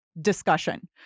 discussion